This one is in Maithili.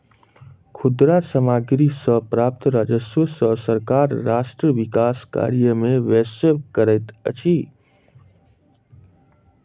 खुदरा सामग्री सॅ प्राप्त राजस्व सॅ सरकार राष्ट्र विकास कार्य में व्यय करैत अछि